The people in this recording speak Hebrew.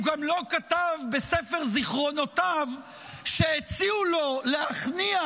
הוא גם לא כתב בספר זיכרונותיו שהציעו לו להכניע